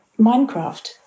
Minecraft